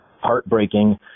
heartbreaking